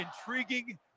intriguing